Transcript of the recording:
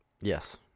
Yes